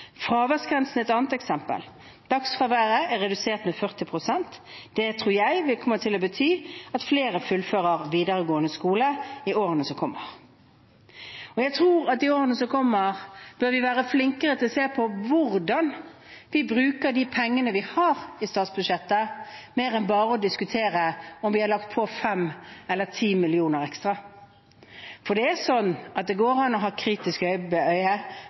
Fraværsgrensen er et annet eksempel. Dagsfraværet er redusert med 40 pst. Det tror jeg kommer til å bety at flere fullfører videregående skole i årene som kommer. Jeg tror at i årene som kommer, bør vi være flinkere til å se på hvordan vi bruker de pengene vi har i statsbudsjettet, mer enn bare å diskutere om vi har lagt på fem eller ti millioner ekstra. For det er sånn at det går an å ha et kritisk